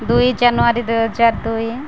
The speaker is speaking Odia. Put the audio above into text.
ଦୁଇ ଜାନୁଆରୀ ଦୁଇହଜାର ଦୁଇ